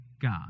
God